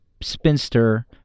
spinster